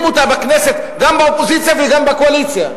אותה בכנסת גם באופוזיציה וגם בקואליציה.